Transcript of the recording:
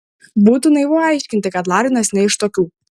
būtų naivu aiškinti kad larinas ne iš tokių